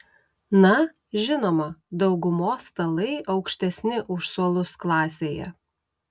na žinoma daugumos stalai aukštesni už suolus klasėje